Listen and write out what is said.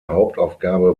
hauptaufgabe